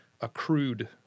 accrued